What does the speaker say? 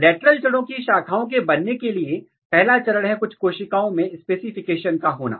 पार्श्व जड़ों की शाखाओं के बनने के लिए पहला चरण है कुछ कोशिकाओं में स्पेसिफिकेशन का होना